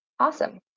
Awesome